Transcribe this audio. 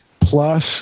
Plus